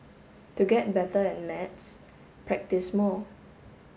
to get better at maths practise more